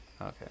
Okay